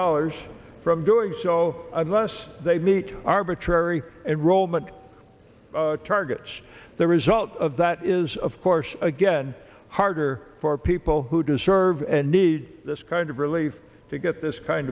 dollars from doing so unless they meet arbitrary enrollment targets the result of that is of course again harder for people who do serve and need this kind of relief to get this kind